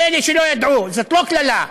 לאלה שלא ידעו, זאת לא קללה: